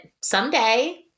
someday